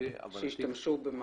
-- שהשתמשו במאכערים.